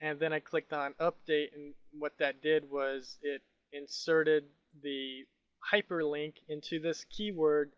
and then i clicked on update. and what that did was, it inserted the hyperlink into this keyword